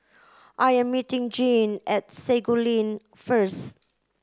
I am meeting Jeanne at Sago Lane first